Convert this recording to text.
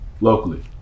locally